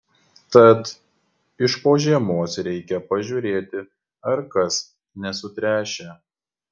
tad iš po žiemos reikia pažiūrėti ar kas nesutręšę